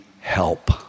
help